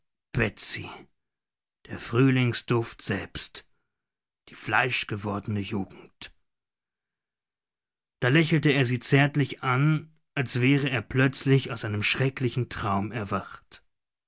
der frühlingsduft selbst die fleischgewordene jugend da lächelte er sie zärtlich an als wäre er plötzlich aus einem schrecklichen traum erwacht